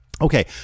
Okay